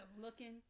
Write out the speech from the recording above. looking